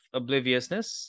obliviousness